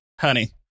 honey